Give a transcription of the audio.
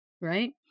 Right